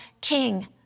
king